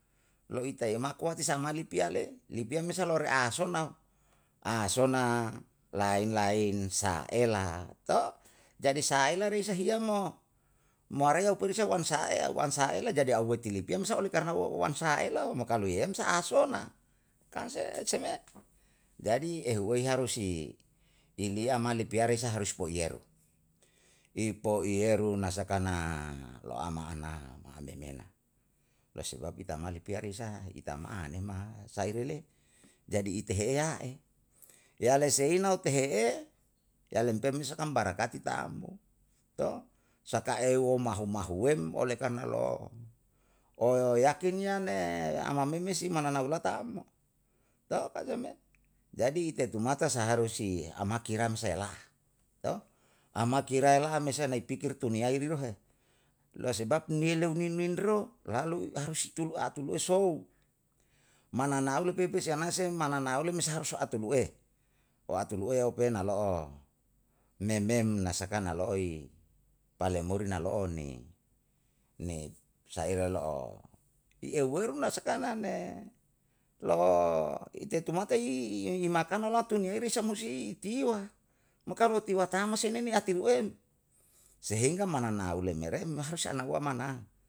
Lo itae mako atisama lipia le, lipia me salore asona asona lain lain saela jadi saela rei sa hiya mo moareya umperisa um an sahae? U an sahaela jadi auhuweti lipia sa oleh karna ua aum saelao, mo kalu i em sa'asona, kan se seme? Jadi ehuwei harus si lia ampiare sa harus poiyeru? Ipo'iyeru na saka na lo ama ana le mena lo sebab itama lipiare sa itama'ane ma sai re le? Jadi ite eheya'e. Yale seina utehe'e yalem pemesa kan barakati tammo, saka euwo mahu mahuwem oleh karna lo oyakin yan ne amameme si mananulata mo to? Ke semme? Jadi ite tumata seharusi amakiram se'ela to? Ama kira ela'a me sa nai pikir tuniyairu re he, lo sebab ni leunimin, lalu harus itu luatulu'e sou. Mananu lepepe se anase mananu me le harus utulu'e, oatulu'e nalo'o. Mem mem na saka nalo'oi palemuri nalo'o ni nisaire lo'o. I ue eru na sakana ne lo ite tumatai makana lau tuniyei risa musi itiwa, mo kalu itiwa tamma sei nene atiruwem? Sehingga mananaule me rem harus anauwa mana